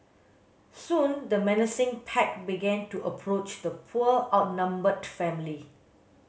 soon the menacing pack began to approach the poor outnumbered family